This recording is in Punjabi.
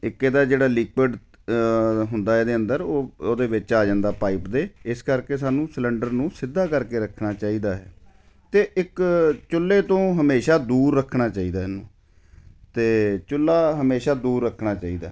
ਇੱਕ ਇਹਦਾ ਜਿਹੜਾ ਲਿਕੁਇਡ ਹੁੰਦਾ ਇਹਦੇ ਅੰਦਰ ਉਹ ਉਹਦੇ ਵਿੱਚ ਆ ਜਾਂਦਾ ਪਾਈਪ ਦੇ ਇਸ ਕਰਕੇ ਸਾਨੂੰ ਸਿਲੰਡਰ ਨੂੰ ਸਿੱਧਾ ਕਰਕੇ ਰੱਖਣਾ ਚਾਹੀਦਾ ਅਤੇ ਇੱਕ ਚੁੱਲ੍ਹੇ ਤੋਂ ਹਮੇਸ਼ਾ ਦੂਰ ਰੱਖਣਾ ਚਾਹੀਦਾ ਇਹਨੂੰ ਅਤੇ ਚੁੱਲ੍ਹਾ ਹਮੇਸ਼ਾ ਦੂਰ ਰੱਖਣਾ ਚਾਹੀਦਾ